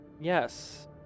Yes